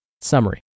Summary